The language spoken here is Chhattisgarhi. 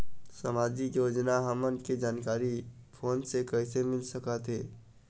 सामाजिक योजना हमन के जानकारी फोन से कइसे मिल सकत हे?